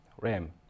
RAM